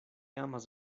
amas